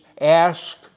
ask